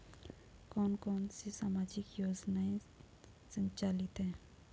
कौन कौनसी सामाजिक योजनाएँ संचालित है?